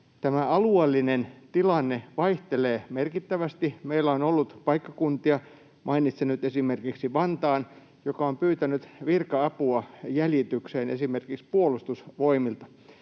tämä alueellinen tilanne vaihtelee merkittävästi. Meillä on ollut paikkakuntia — mainitsen nyt esimerkiksi Vantaan — jotka ovat pyytäneet virka-apua jäljitykseen esimerkiksi Puolustusvoimilta.